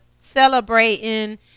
celebrating